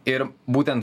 ir būtent